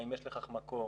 האם יש לכך מקור?